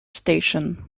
station